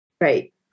Right